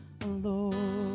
alone